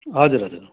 हजुर हजुर